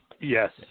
Yes